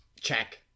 check